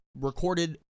recorded